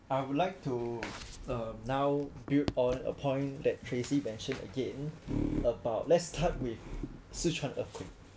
I would like to uh now build on a point that tracy mentioned again about let's start with sichuan earthquake